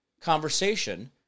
conversation